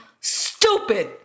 stupid